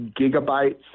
gigabytes